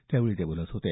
त्यावेळी ते बोलत होते